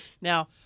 Now